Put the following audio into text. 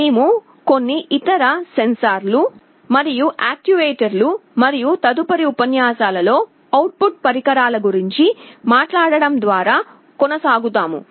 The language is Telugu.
మేము కొన్ని ఇతర సెన్సార్లు మరియు యాక్యుయేటర్లు మరియు తదుపరి ఉపన్యాసాలలో అవుట్ పుట్ పరికరాల గురించి మాట్లాడటం ద్వారా కొనసాగుతాము